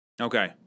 Okay